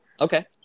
Okay